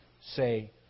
say